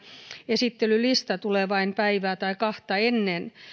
esittelylista tulee vain päivää tai kahta ennen